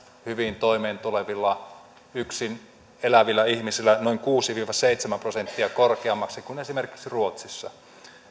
hyvin toimeentulevilla yksin elävillä ihmisillä noin kuusi viiva seitsemän prosenttia korkeammaksi kuin esimerkiksi ruotsissa